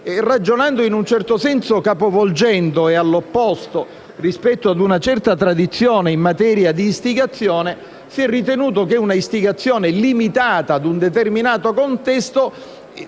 Ragionando in senso opposto rispetto a una certa tradizione in materia di istigazione, si è ritenuto che una istigazione limitata a un determinato contesto,